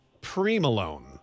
pre-Malone